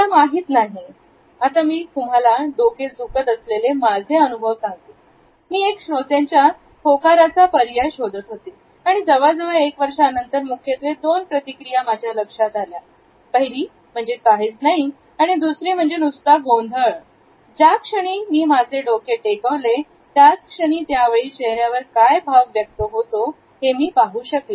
मला माहित नाही आता मी तुम्हाला डोके झुकत असलेले माझे अनुभव सांगते मी एक श्रोत्यांच्या होकाराचा पर्याय शोधत होते आणि जवळजवळ एका वर्षानंतर मुख्यत्वे दोन प्रतिक्रिया माझ्या लक्षात आल्या पहिली म्हणजे काहीच नाही आणि दुसरे म्हणजे नुसता गोंधळ ज्या क्षणी मी माझे डोके टेकवले त्याच क्षणी त्यावेळी चेहऱ्यावर काय भा व व्यक्त होतो हे मी पाहू शकले